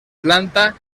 planta